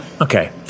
Okay